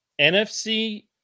NFC